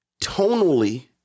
tonally